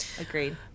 Agreed